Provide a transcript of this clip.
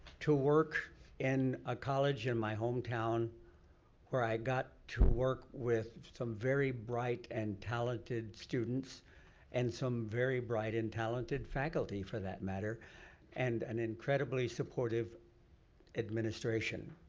to work in a college in my hometown where i got to work with some very bright and talented students and some very bright and talented faculty, for that matter and an incredibly supportive administration.